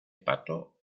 pato